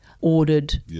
ordered